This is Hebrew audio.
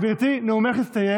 גברתי, נאומך הסתיים.